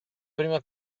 prima